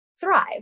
thrive